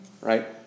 right